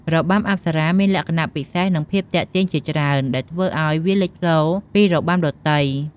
របាំអប្សរាមានលក្ខណៈពិសេស និងភាពទាក់ទាញជាច្រើន ដែលធ្វើឱ្យវាលេចធ្លោពីរបាំដទៃ។